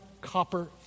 copper